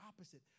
opposite